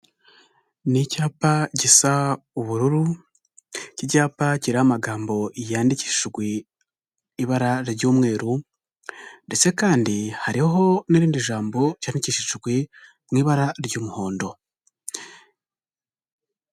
Ni icyapa gisa ubururu, iki cyapa kiriho amagambo yandikishijwe ibara ry'umweru ndetse kandi hariho n'irindi jambo ryandikishijwe mu ibara ry'umuhondo.